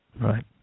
right